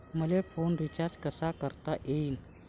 मले phone recharge कसा करता येईन?